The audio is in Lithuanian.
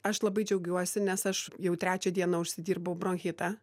aš labai džiaugiuosi nes aš jau trečią dieną užsidirbau bronchitą